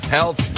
Health